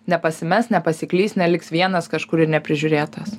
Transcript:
nepasimes nepasiklys neliks vienas kažkur ir neprižiūrėtas